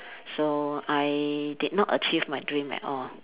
so I did not achieve my dream at all